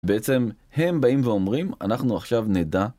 בעצם הם באים ואומרים, אנחנו עכשיו נדע.